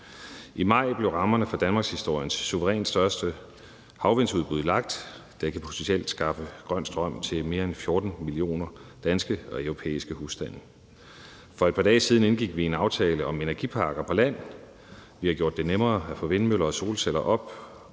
I maj blev rammerne for danmarkshistoriens suverænt største havvindsudbud lagt, og det kan potentiel skaffe grøn strøm til mere end 14 millioner danske og europæiske husstande. For et par dage siden indgik vi en aftale om energipakker på land, vi har gjort det nemmere at få sat vindmøller og solceller op